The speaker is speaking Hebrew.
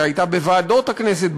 היא הייתה בוועדות הכנסת,